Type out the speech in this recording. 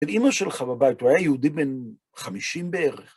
ואימא שלך בבית, הוא היה יהודי בין חמישים בערך.